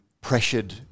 pressured